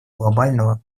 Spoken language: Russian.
глобального